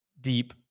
deep